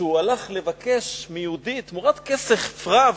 כשהוא הלך לבקש מיהודי, תמורת כסף רב,